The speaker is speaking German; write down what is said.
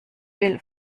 will